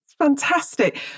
Fantastic